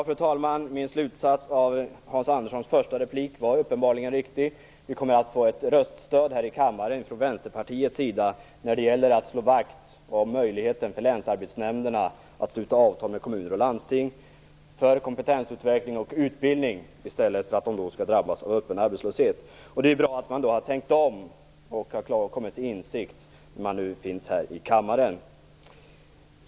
Fru talman! Min slutsats av Hans Anderssons första replik var uppenbarligen riktig. Vi kommer att få röststöd från Vänsterpartiet här i kammaren när det gäller att slå vakt om möjligheten för länsarbetsnämnderna att sluta avtal med kommuner och landsting och för kompetensutveckling och utbildning i stället för att människor skall drabbas av öppen arbetslöshet. Det är bra att man har tänkt om och att man har kommit till insikt här i kammaren.